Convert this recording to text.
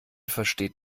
versteht